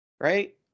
Right